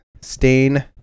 stain